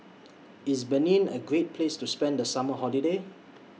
IS Benin A Great Place to spend The Summer Holiday